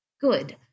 Good